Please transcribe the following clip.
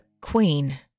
queen